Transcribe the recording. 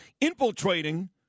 infiltrating